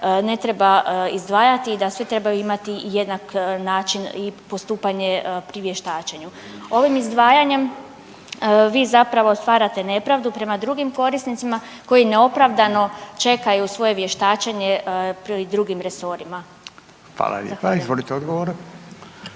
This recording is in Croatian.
ne treba izdvajati i da svi trebaju imati jednak način i postupanje pri vještačenju? Ovim izdvajanjem vi zapravo stvarate nepravdu prema drugim korisnicima koji neopravdano čekaju svoje vještačenje pred drugim resorima. **Radin, Furio